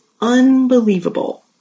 unbelievable